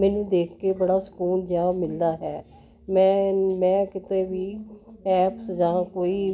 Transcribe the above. ਮੈਨੂੰ ਦੇਖ ਕੇ ਬੜਾ ਸਕੂਨ ਜਿਹਾ ਮਿਲਦਾ ਹੈ ਮੈਂ ਮੈਂ ਕਿਤੇ ਵੀ ਐਪਸ ਜਾਂ ਕੋਈ